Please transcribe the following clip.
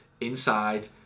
inside